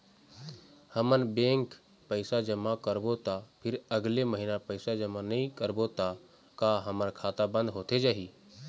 हमन बैंक पैसा जमा करबो ता फिर अगले महीना पैसा जमा नई करबो ता का हमर खाता बंद होथे जाही?